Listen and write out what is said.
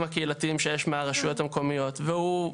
הקהילתיים שיש מהרשויות המקומיות והוא,